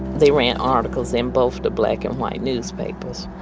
they ran articles in both the black and white newspapers,